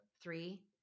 Three